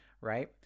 right